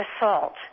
assault